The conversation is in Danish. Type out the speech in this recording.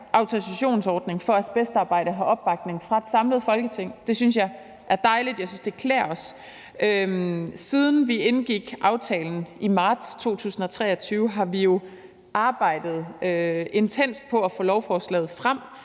autorisationsordning for asbestarbejde. Det synes jeg er dejligt. Jeg synes, det klæder os. Siden vi indgik aftalen i marts 2023, har vi jo arbejdet intenst på at få lovforslaget frem